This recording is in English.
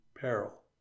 peril